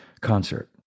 concert